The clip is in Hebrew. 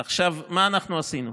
עכשיו, מה אנחנו עשינו?